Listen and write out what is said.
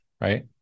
right